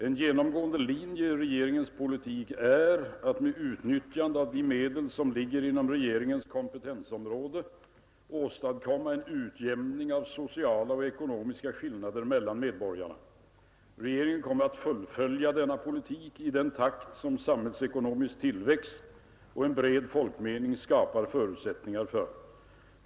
En genomgående linje i regeringens politik är att — med utnyttjande av de medel som ligger inom regeringens kompetensområde — åstadkomma en utjämning av sociala och ekonomiska skillnader mellan medborgarna. Regeringen kommer att fullfölja denna politik i den takt som samhällsekonomisk tillväxt och en bred folkmening skapar förutsättningar för.